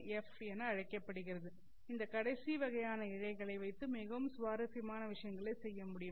F என அழைக்கப்படுகிறது இந்த கடைசி வகையான இழைகளை வைத்து மிகவும் சுவாரஸ்யமான விஷயங்களைச் செய்ய முடியும்